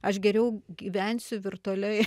aš geriau gyvensiu virtualioje